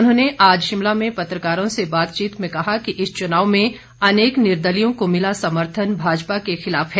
उन्होंने आज शिमला में पत्रकारों से बातचीत में कहा कि इस चुनाव में अनेक निर्दलियों को मिला समर्थन भाजपा के खिलाफ है